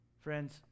Friends